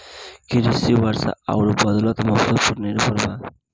कृषि वर्षा आउर बदलत मौसम पर निर्भर बा